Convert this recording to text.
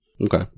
Okay